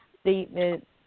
statement